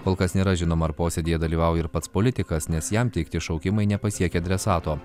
kol kas nėra žinoma ar posėdyje dalyvavo ir pats politikas nes jam teikti šaukimai nepasiekė adresato